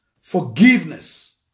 forgiveness